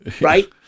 right